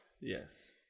Yes